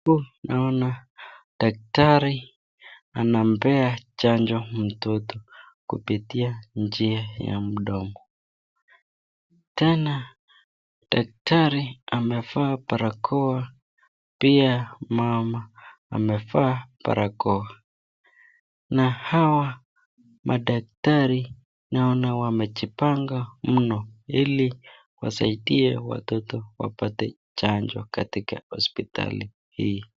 Huku naona dakitari anampea mtoto chanjo kupitia njia ya mdomo. Tena dakitari amevaa barakoa pia mama amevaa barakoa, na hawa madakitari naona wamejipanga mno ili wasaidie watoto kupata chanjo katika hospitali hii.